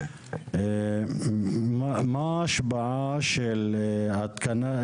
מה ההשפעה של התקנה,